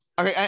Okay